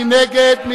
מי נגד?